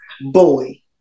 boy